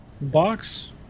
box